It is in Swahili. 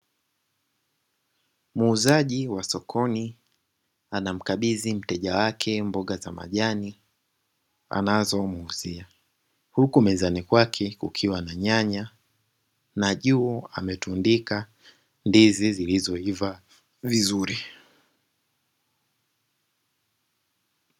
Muuzaji wa sokoni anamkabidhi mteja wake mboga za majani anazomuuzia, huku mezani kwake kukiwa na nyanya na juu ametundika ndizi zilizoiva vizuri.